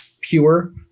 pure